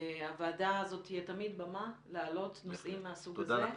הוועדה הזאת תהיה תמיד במה להעלות נושאים מהסוג הזה,